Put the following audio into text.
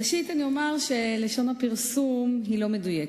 ראשית אני אומר שלשון הפרסום לא מדויקת.